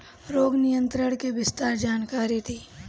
रोग नियंत्रण के विस्तार जानकारी दी?